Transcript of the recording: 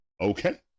Okay